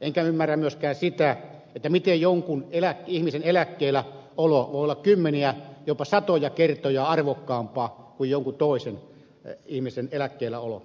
enkä ymmärrä myöskään sitä miten jonkun ihmisen eläkkeellä olo voi olla kymmeniä jopa satoja kertoja arvokkaampaa kuin jonkun toisen ihmisen eläkkeellä olo